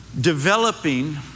developing